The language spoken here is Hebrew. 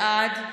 בעד,